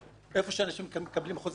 איפה שאנשים מקבלים חוזה חכירה,